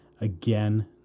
again